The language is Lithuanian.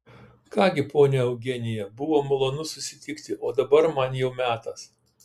ką gi ponia eugenija buvo malonu susitikti o dabar man jau metas